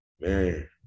Man